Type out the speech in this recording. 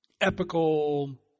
epical